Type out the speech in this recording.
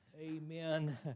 Amen